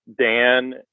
Dan